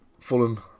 Fulham